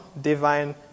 divine